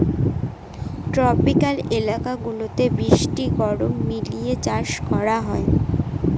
tropical এলাকা গুলাতে বৃষ্টি গরম মিলিয়ে চাষ করা হয়